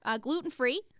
gluten-free